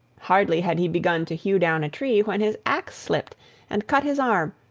hardly had he begun to hew down a tree, when his axe slipped and cut his arm,